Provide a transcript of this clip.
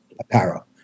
apparel